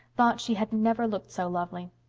thought she had never looked so lovely.